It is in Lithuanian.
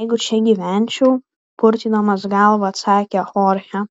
jeigu čia gyvenčiau purtydamas galvą atsakė chorchė